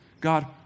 God